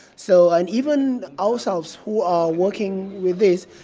so and even ourselves who are working with this,